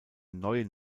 neuen